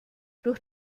durch